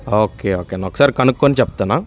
okay okay అన్న ఒకసారి కనుక్కొని చెప్తాను